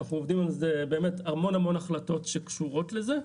אנחנו עובדים עם זה על המון החלטות שקשורות לזה,